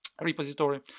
repository